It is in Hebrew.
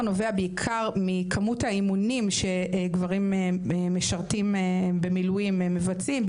נובע בעיקר מכמות האימונים שגברים משרתים במילואים מבצעים,